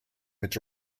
mit